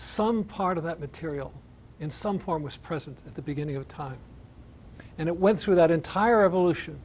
some part of that material in some form was present at the beginning of time and it went through that entire evolution